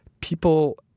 people